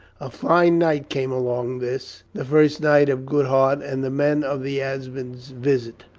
a fine night came along, this the first night of goodhart's and the men of the esmond's visit.